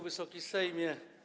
Wysoki Sejmie!